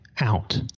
out